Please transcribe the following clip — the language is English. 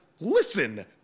listen